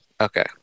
Okay